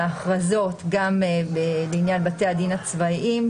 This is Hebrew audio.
ההכרזות גם בעניין בתי הדין הצבאיים,